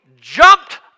jumped